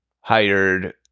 hired